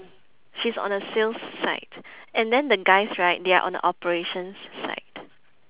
she's on the sales side and then the guys right they are on the operations side